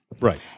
Right